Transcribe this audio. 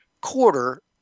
quarter